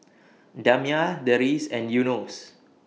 Damia Deris and Yunos